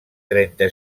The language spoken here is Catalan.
trenta